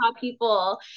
people